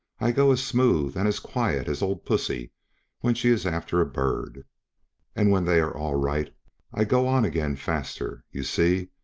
i go as smooth and as quiet as old pussy when she is after a bird and when they are all right i go on again faster, you see,